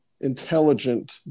intelligent